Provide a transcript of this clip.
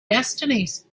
destinies